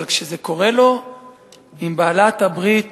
אבל כשזה קורה לו עם בעלת הברית